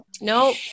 Nope